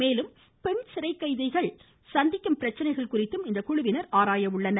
மேலும் பெண் சிறைக்கைதிகள் சந்திக்கும் பிரச்சினைகள் குறித்தும் இந்த குழுவினர் ஆராய உள்ளனர்